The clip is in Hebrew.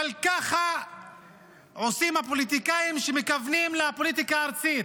אבל ככה עושים הפוליטיקאים שמכוונים לפוליטיקה הארצית: